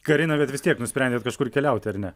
karina bet vis tiek nusprendėt kažkur keliauti ar ne